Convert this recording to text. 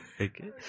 Okay